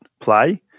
play